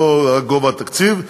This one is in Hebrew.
לא גובה התקציב,